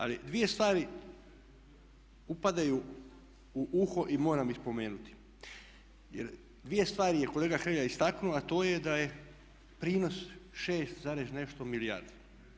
Ali dvije stvari upadaju u uho i moram ih spomenuti jer dvije stvari je kolega Hrelja istaknuo a to je da je prinos šest zarez nešto milijardi.